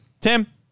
Tim